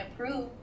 prove